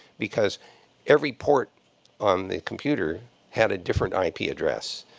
because every port on the computer had a different i p. address.